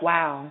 Wow